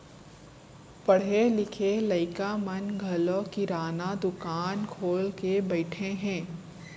पढ़े लिखे लइका मन घलौ किराना दुकान खोल के बइठे हें